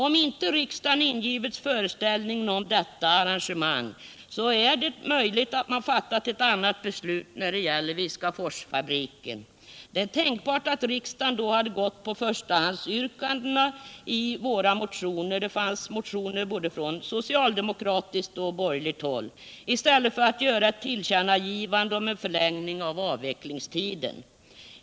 Om inte riksdagen ingivits föreställningen om detta arrangemang är det möjligt att man fattat ett annat beslut när det gäller Viskaforsfabriken. Det är tänkbart att riksdagen då hade gått på förstahandsyrkandena i våra motioner — det fanns motioner från både socialdemokratiskt och borgerligt håll — i stället för att göra ett tillkännagivande om en förlängning av avvecklingstiden.